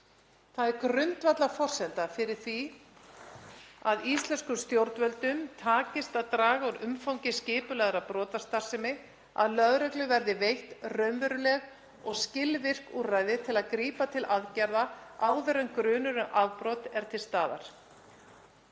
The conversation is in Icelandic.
Það er grundvallarforsenda fyrir því að íslenskum stjórnvöldum takist að draga úr umfangi skipulagðrar brotastarfsemi að lögreglu verði veitt raunveruleg og skilvirk úrræði til að grípa til aðgerða áður en grunur um afbrot er til staðar